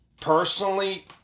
personally